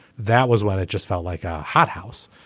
that was when it just felt like a hothouse.